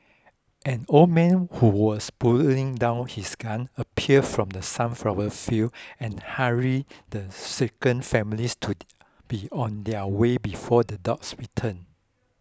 an old man who was pulling down his gun appeared from the sunflower fields and hurried the shaken family to be on their way before the dogs return